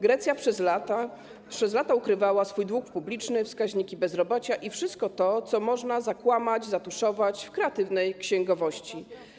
Grecja przez lata ukrywała swój dług publiczny, wskaźniki bezrobocia i wszystko to, co można zakłamać, zatuszować w kreatywnej księgowości.